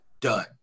done